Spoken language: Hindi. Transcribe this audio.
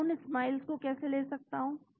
मैं उन स्माइलस को कैसे ले सकता हूं